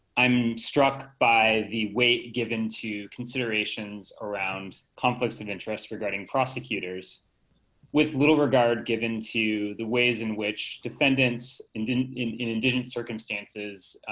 i'm struck by the way, given to considerations around conflicts of interest regarding prosecutors with little regard given to the ways in which defendants and in in indigenous circumstances.